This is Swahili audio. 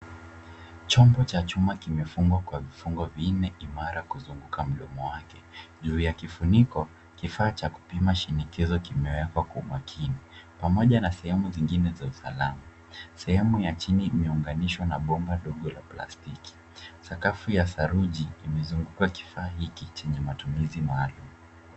Chombo cha chuma kimefungwa kwa vifungo vinne imara kuzunguka mdomo wake. Juu ya kifuniko, kifaa cha kupima shinikizo kimewekwa kwa makini pamoja na sehemu zingine za usalama. Sehemu ya chini imeunganishwa na bomba dogo la plastiki. Sakafu ya saruji imezunguka kifaa hiki chenye matumizi maalum.